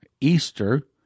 Easter